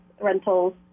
rentals